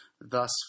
thus